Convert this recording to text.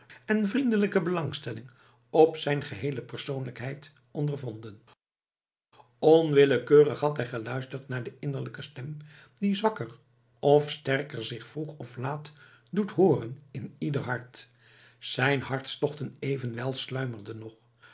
en vriendelijke belangstelling op zijn geheele persoonlijkheid ondervonden onwillekeurig had hij geluisterd naar de innerlijke stem die zwakker of sterker zich vroeg of laat doet hooren in ieder hart zijn hartstochten evenwel sluimerden nog